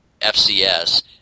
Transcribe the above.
FCS